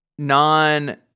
non